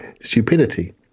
stupidity